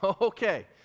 Okay